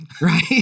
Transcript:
right